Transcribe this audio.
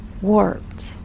warped